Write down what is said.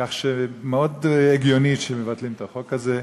כך שמאוד הגיוני שמבטלים את החוק הזה.